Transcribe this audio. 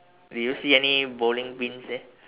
do you see any bowling pins there